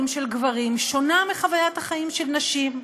של גברים שונה מחוויית החיים של נשים.